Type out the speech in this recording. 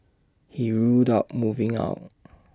he ruled out moving out